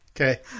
Okay